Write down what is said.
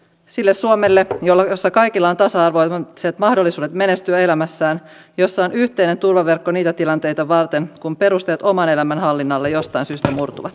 sille suomelle jossa kaikilla on tasa arvoiset mahdollisuudet menestyä elämässään jossa on yhteinen turvaverkko niitä tilanteita varten kun perusteet oman elämän hallinnalle jostain syystä murtuvat